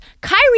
Kyrie